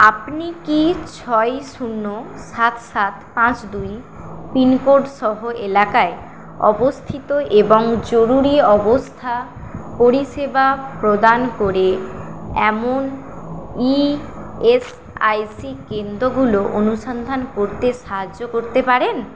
আপনি কি ছয় শূন্য সাত সাত পাঁচ দুই পিন কোডসহ এলাকায় অবস্থিত এবং জরুরি অবস্থা পরিষেবা প্রদান করে এমন ইএসআইসি কেন্দ্রগুলো অনুসন্ধান করতে সাহায্য করতে পারেন